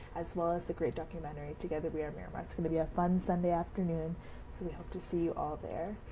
as well as the great documentary, together we are miramar. it's going to be a fun sunday afternoon. so we hope to see you all there.